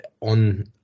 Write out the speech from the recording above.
on